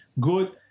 good